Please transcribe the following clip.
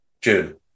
June